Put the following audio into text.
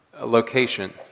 location